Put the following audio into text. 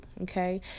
okay